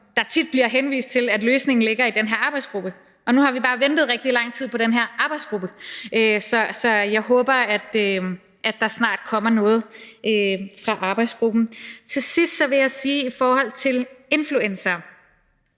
der bliver tit henvist til, at løsningen ligger i den her arbejdsgruppe, og nu har vi bare ventet i rigtig lang tid på den her arbejdsgruppe, så jeg håber, at der snart kommer noget fra arbejdsgruppen. Til sidst vil jeg sige i forhold til influencere,